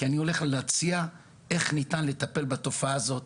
כי אני הולך להציע כיצד ניתן לטפל בתופעה הזו,